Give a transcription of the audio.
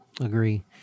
Agree